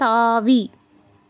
தாவி